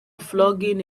flogging